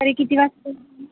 तरी किती वाजता